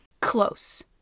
close